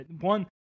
One